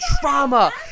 trauma